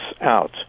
out